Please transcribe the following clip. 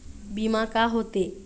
बीमा का होते?